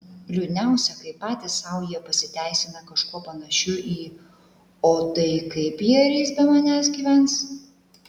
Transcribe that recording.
liūdniausia kai patys sau jie pasiteisina kažkuo panašiu į o tai kaip ji ar jis be manęs gyvens